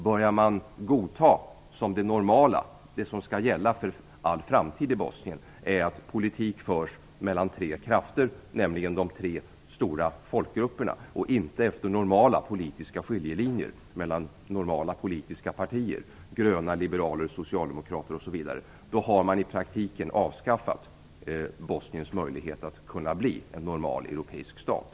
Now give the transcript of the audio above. Börjar man godta, som det normala och som det som för all framtid skall gälla i Bosnien, att politik förs mellan tre krafter, nämligen mellan de tre stora folkgrupperna, och inte efter normala politiska skiljelinjer och politiska partier, som t.ex. gröna, liberala och socialdemokratiska partier, har man i praktiken avskaffat Bosniens möjlighet att bli en normal europeisk stat.